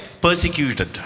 persecuted